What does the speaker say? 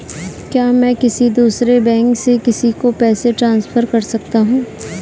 क्या मैं किसी दूसरे बैंक से किसी को पैसे ट्रांसफर कर सकता हूँ?